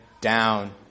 down